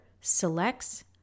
selects